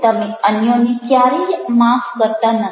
તમે અન્યોને ક્યારેય માફ કરતા નથી